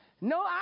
no